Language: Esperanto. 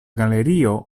galerio